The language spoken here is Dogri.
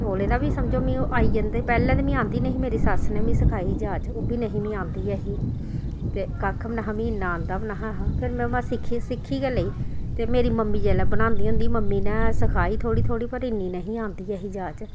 चोलें दा बी समझो मी ओह् आई जंदे पैह्लें ते मी औंदी नेईं ही मेरी सस्स ने मी सखाई ही जाच ओह् बी नी ही मी औंदी ऐ ही ते घक्ख बी नेहा मी इन्ना औंदा बी नहा ऐ हा फिर में उमा सिक्खी सिक्खी गै लेई ते मेरी मम्मी जेल्लै बनांदी होंदी मम्मी ने सखाई थोह्ड़ी थोह्ड़ी पर इन्नी नहीं औंदी ऐ ही जाच